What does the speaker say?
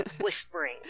whispering